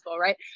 right